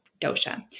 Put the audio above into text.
dosha